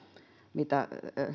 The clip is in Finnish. mitä